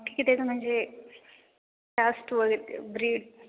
ठीक आहे म्हणजे कॅस्ट वगैरे ब्रीड